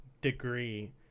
degree